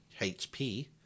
HP